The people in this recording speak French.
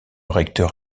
recteur